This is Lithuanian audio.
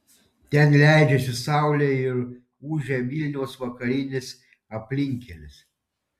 ten leidžiasi saulė ir ūžia vilniaus vakarinis aplinkkelis